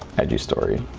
and you story.